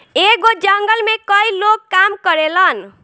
एगो जंगल में कई लोग काम करेलन